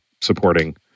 supporting